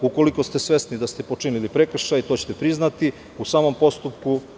Ukoliko ste svesni da ste počinili prekršaj, to ćete priznati u samom postupku.